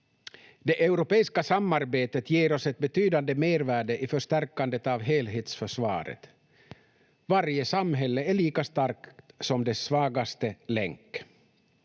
Det europeiska samarbetet ger oss ett betydande mervärde i förstärkandet av helhetsförsvaret. Varje samhälle är lika starkt som dess svagaste länk.